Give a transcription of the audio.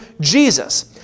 Jesus